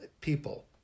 people